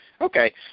okay